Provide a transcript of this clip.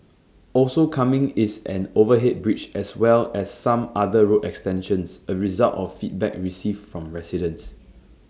also coming is an overhead bridge as well as some other road extensions A result of feedback received from residents